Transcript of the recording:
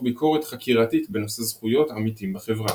ביקורת חקירתית בנושא זכויות עמיתים בחברה.